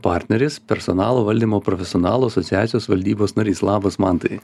partneris personalo valdymo profesionalų asociacijos valdybos narys labas mantai